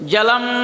Jalam